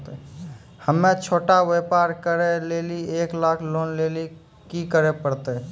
हम्मय छोटा व्यापार करे लेली एक लाख लोन लेली की करे परतै?